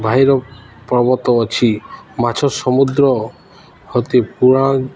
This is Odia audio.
ଭାଇର ପର୍ବତ ଅଛି ମାଛ ସମୁଦ୍ର ହତେ ପୁରା